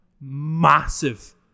massive